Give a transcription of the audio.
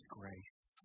grace